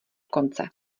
konce